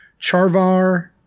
Charvar